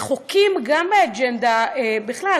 רחוקים גם באג'נדה בכלל,